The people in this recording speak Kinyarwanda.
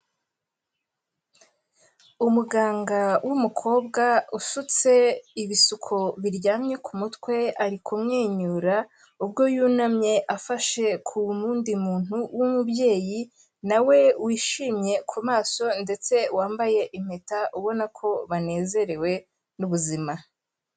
Umuganga w'umukobwa usutse ibisuko biryamye ku mutwe, ari kumwenyura, ubwo yunamye afashe ku wundi muntu w'umubyeyi nawe wishimye ku maso, ndetse wambaye impeta, ubona ko banezerewe n'ubuzima.